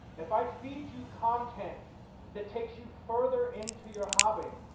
if i feed you content that takes you further into your hobby,